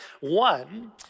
One